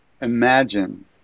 imagine